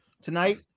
tonight